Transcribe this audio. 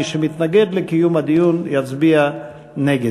מי שמתנגד לקיום הדיון יצביע נגד.